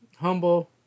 humble